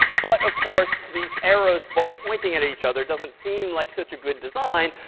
but of course, these arrows, both pointing at each other, doesn't seem like such a good design.